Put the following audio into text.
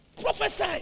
Prophesy